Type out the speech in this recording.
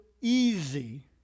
easy